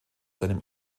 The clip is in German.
seinem